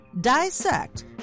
dissect